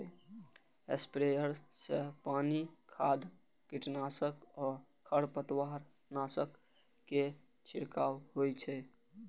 sprayer सं पानि, खाद, कीटनाशक आ खरपतवारनाशक के छिड़काव होइ छै